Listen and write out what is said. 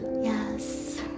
Yes